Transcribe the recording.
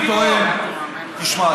תשמע,